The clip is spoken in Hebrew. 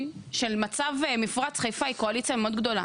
של מצב מפרץ חיפה היא קואליציה מאוד גדולה.